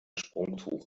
sprungtuch